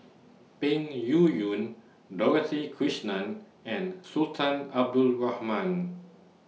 Peng Yuyun Dorothy Krishnan and Sultan Abdul Rahman